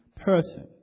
person